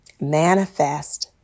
manifest